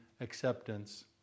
acceptance